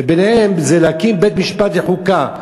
ובין היתר להקים בית-משפט לחוקה.